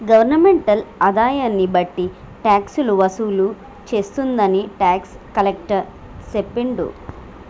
governmental ఆదాయన్ని బట్టి టాక్సులు వసూలు చేస్తుందని టాక్స్ కలెక్టర్ సెప్పిండు